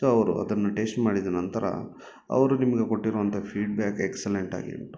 so ಅವರು ಅದನ್ನು taste ಮಾಡಿದ ನಂತರ ಅವರು ನಿಮಮಗೆ ಕೊಟ್ಟಿರುವಂಥ ಫೀಡ್ಬ್ಯಾಕ್ ಎಕ್ಸಲೆಂಟಾಗಿ ಉಂಟು